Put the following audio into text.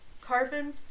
Carbon